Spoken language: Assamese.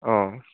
অ'